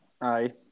Aye